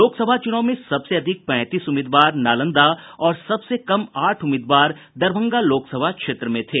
लोकसभा चुनाव में सबसे अधिक पैंतीस उम्मीदवार नालंदा और सबसे कम आठ उम्मीदवार दरभंगा लोकसभा क्षेत्र में थे